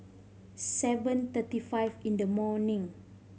seven thirty five in the morning